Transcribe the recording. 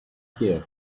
here